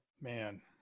Man